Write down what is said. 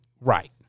Right